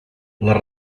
les